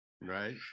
right